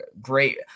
great